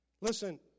Listen